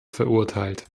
verurteilt